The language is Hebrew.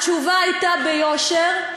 התשובה הייתה ביושר,